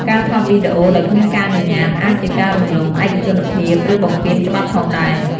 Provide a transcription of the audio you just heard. ការថតវីដេអូដោយគ្មានការអនុញ្ញាតអាចជាការរំលោភឯកជនភាព ឬបំពានច្បាប់ផងដែរ។